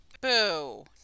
boo